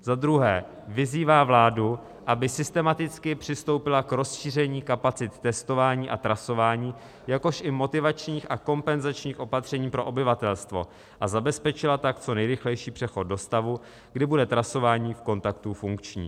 Za druhé vyzývá vládu, aby systematicky přistoupila k rozšíření kapacit testování a trasování, jakož i motivačních a kompenzačních opatření pro obyvatelstvo a zabezpečila tak co nejrychlejší přechod do stavu, kdy bude trasování v kontaktu funkční.